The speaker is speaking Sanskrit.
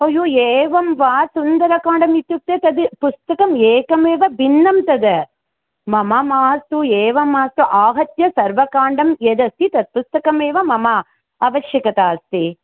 अय्यो एवं वा सुन्दरकाण्डमित्युक्ते तद् पुस्तकम् एकमेव भिन्नं तद् मम मास्तु एवं मास्तु आहत्य सर्वकाण्डं यदस्ति तत्पुस्तकमेव मम आवश्यकता अस्ति